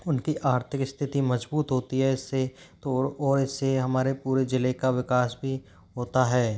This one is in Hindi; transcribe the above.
उनकी आर्थिक स्थिति मजबूत होती है इससे तो और इससे हमारे पूरे जिले का विकास भी होता है